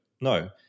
No